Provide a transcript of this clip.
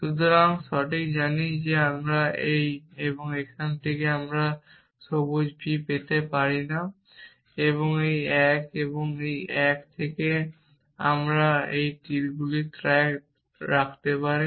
সুতরাং সঠিক জানি এবং তারপর এই এবং এই থেকে আমি সবুজ B পেতে পারি না এবং এই এক এবং এই এক থেকে যদি আপনি তীরগুলির ট্র্যাক রাখতে পারেন